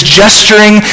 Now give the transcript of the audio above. gesturing